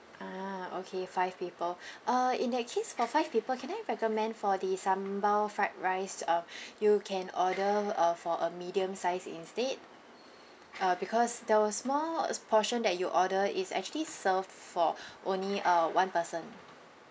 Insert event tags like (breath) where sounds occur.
ah okay five people uh in that case for five people can I recommend for the sambal fried rice uh (breath) you can order uh for a medium size instead uh because the small portion s~ that you order is actually served for (breath) only uh one person